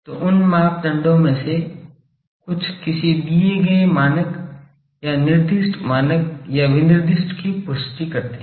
तो उन मापदंडों में से कुछ किसी दिए गए मानक या निर्दिष्ट मानक या विनिर्देश की पुष्टि करते हैं